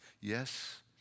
Yes